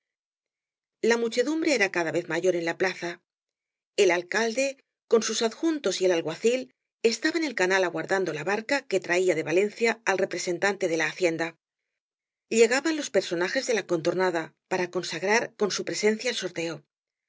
la muchedumbre era cada vez mayor en la plaza el alcalde con sus adjuntos y el alguacil estaba en el canal aguardando la barca que traía de valencia al representante de la hacienda llegaban los personajes de la contornada para consagrar con su presencia el sorteo